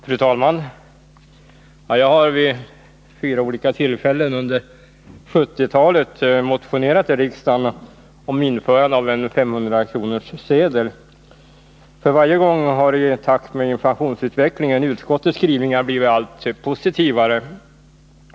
Fru talman! Jag har vid fyra olika tillfällen under 1970-talet motionerat i riksdagen om införandet av en 500-kronorssedel. För varje gång har i takt med inflationsutvecklingen utskottets skrivningar blivit allt positivare.